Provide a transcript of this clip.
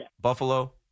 Buffalo